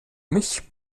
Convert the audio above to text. mich